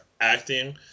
acting